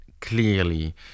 clearly